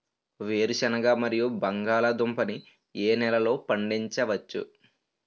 వేరుసెనగ మరియు బంగాళదుంప ని ఏ నెలలో పండించ వచ్చు?